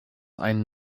einen